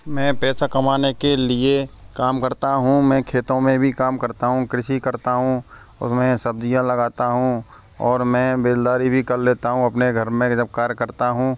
मैं पैसा कमाने के लिए काम करता हूँ मैं खेतों में भी काम करता हूँ कृषि करता हूँ उसमें सब्ज़ियाँ लगाता हूँ और मैं बेलदारी भी कर लेता हूँ अपने घर में जब कार्य करता हूँ